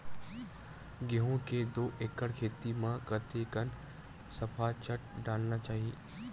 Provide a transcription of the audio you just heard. गेहूं के दू एकड़ खेती म कतेकन सफाचट डालना चाहि?